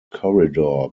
corridor